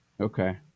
Okay